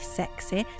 sexy